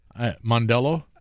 Mondello